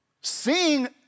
seeing